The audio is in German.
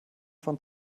von